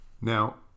Now